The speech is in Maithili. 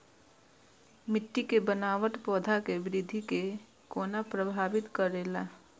मिट्टी के बनावट पौधा के वृद्धि के कोना प्रभावित करेला?